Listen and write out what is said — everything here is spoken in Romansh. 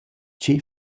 che